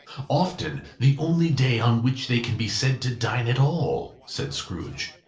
often the only day on which they can be said to dine at all, said scrooge.